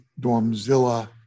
dormzilla